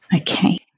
Okay